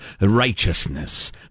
righteousness